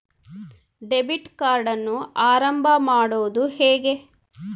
Debit ಕಾರ್ಡನ್ನು ಆರಂಭ ಮಾಡೋದು ಹೇಗೆ?